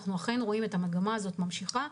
אנחנו אכן רואים את המגמה הזאת ממשיכה.